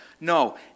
No